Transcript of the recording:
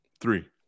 Three